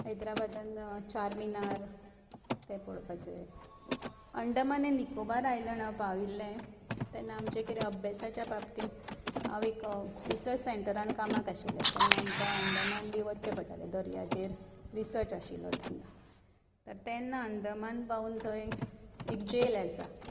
हैद्रबादांत Charminar तें पळोवपाचें Andaman and Nicobar island हांव पाविल्लें तेन्ना आमच्या कितें अभ्यासाच्या बाबतींत हांव एक रिसर्च सॅंटरांत कामाक आशिल्लें तेन्ना आमकां अंदमान बीन वचचें पडटालें दर्याचेर रिसर्च आशिल्लो तेन्ना तर तेन्ना अंदमान पावून थंय एक जेल आसा